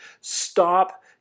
stop